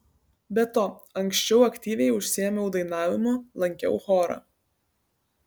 be to anksčiau aktyviai užsiėmiau dainavimu lankiau chorą